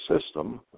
system